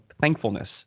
thankfulness